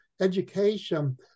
education